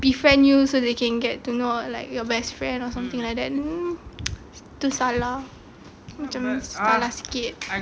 befriend you so they can get to know like your best friend or something like that tu salah macam salah sikit